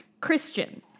Christian